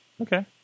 Okay